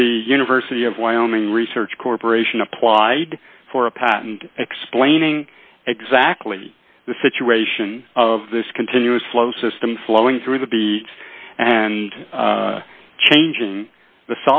the university of wyoming research corporation applied for a patent explaining exactly the situation of this continuous flow system flowing through the b and changing the